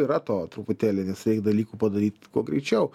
yra to truputėlį nes dalykų padaryt kuo greičiau